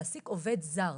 להעסיק עובד זר,